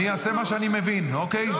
אני אעשה מה שאני מבין, אוקיי?